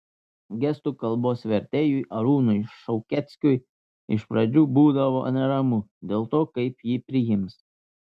gestų kalbos vertėjui arūnui šaukeckui iš pradžių būdavo neramu dėl to kaip jį priims